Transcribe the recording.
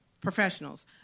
professionals